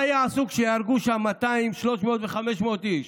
מה יעשו כשיהרגו שם 200, 300 ו-500 אנשים?"